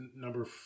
number